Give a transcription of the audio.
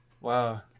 Wow